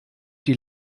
die